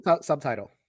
subtitle